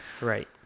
Right